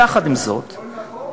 יחד עם זאת, הכול נכון.